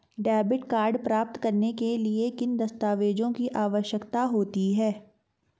Debit card प्राप्त करने के लिए किन दस्तावेज़ों की आवश्यकता होती है?